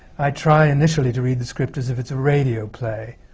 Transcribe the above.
i try initially to read the script as if it's radio play.